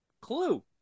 Clue